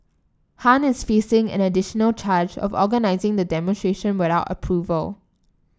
Han is facing an additional charge of organising the demonstration without approval